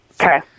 Okay